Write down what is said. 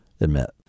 admit